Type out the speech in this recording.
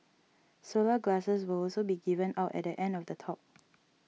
solar glasses will also be given out at the end of the talk